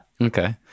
Okay